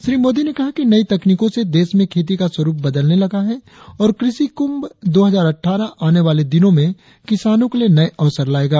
श्री मोदी ने कहा कि नई तकनीकों से देश में खेती का स्वरुप बदलने लगा है और कृषि कुंभ दो हजार अट्ठारह आने वाले दिनों में किसानों के लिए नये अवसर लाएगा